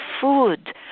food